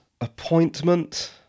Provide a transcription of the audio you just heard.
appointment